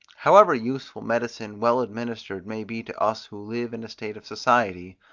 however useful medicine well administered may be to us who live in a state of society,